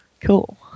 Cool